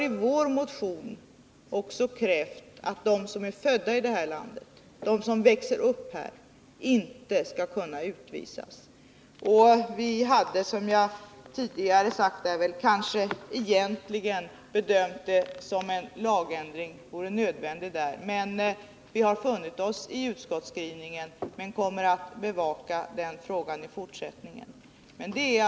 I vår motion har vi också krävt att de som är födda i det här landet, de som växt upp här, inte skall kunna utvisas. Som jag tidigare sade anser vi egentligen att det är nödvändigt med en lagändring. Vi har emellertid funnit oss i utskottsskrivningen, men kommer att noga bevaka frågan i fortsättningen.